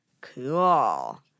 Cool